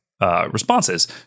responses